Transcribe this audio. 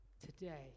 today